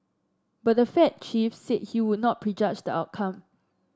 but the Fed chief said he would not prejudge the outcome